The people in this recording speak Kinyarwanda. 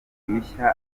mishya